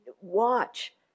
watch